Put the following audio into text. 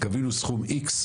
גבינו סכום X,